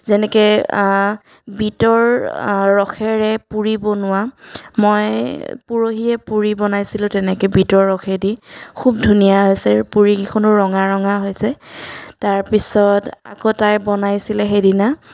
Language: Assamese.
যেনেকৈ বিটৰ ৰসেৰে পুৰি বনোৱা মই পৰহিয়ে পুৰি বনাইছিলোঁ তেনেকৈ বিটৰ ৰসেদি খুব ধুনীয়া হৈছে পুৰিকেইখনো ৰঙা ৰঙা হৈছে তাৰপিছত আকৌ তাই বনাইছিলে সেইদিনা